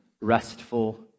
restful